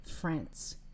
France